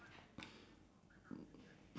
okay no one